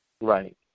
Right